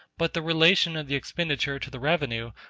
but the relation of the expenditure to the revenue,